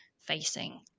facing